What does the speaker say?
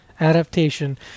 adaptation